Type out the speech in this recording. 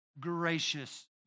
gracious